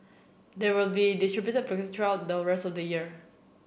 they will be distributed progressive throughout the rest of the year